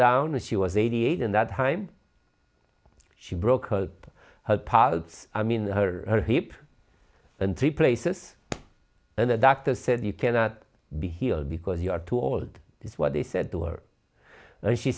down and she was eighty eight in that time she broke her path i mean her hip and three places and the doctor said you cannot be healed because you are too old is what they said to her and she